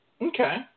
Okay